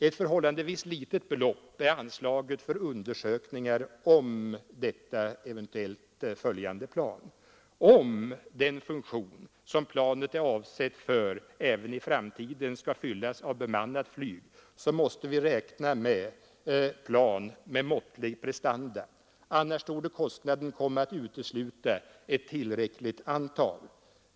Ett förhållandevis litet belopp är anslaget för undersökningar om detta nya plan. Om den funktion som planet är avsett för även i framtiden skall fyllas av bemannat flyg, så måste vi räkna med ett plan med måttliga prestanda. Annars torde kostnaden komma att utesluta ett tillräckligt antal.